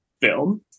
film